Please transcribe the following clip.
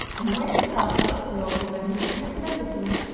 and he went himself to look for the old woman who had been recommended to him.